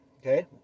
Okay